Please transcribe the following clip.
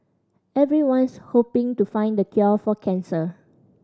everyone's hoping to find the cure for cancer